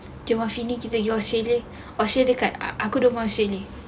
cuma feeling kita pergi australia australia kat aku rumah australia